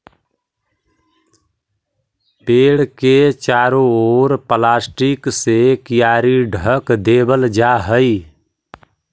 पेड़ के चारों ओर प्लास्टिक से कियारी ढँक देवल जा हई